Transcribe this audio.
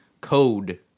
code